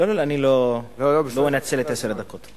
לא, לא, לא אנצל את עשר הדקות.